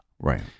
Right